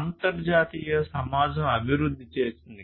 అంతర్జాతీయ సమాజం అభివృద్ధి చేసింది